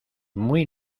muy